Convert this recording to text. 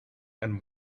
and